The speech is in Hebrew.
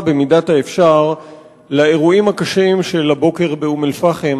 במידת האפשר לאירועים הקשים של הבוקר באום-אל-פחם.